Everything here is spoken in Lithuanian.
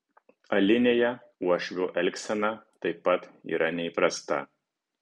alinėje uošvio elgsena taip pat yra neįprasta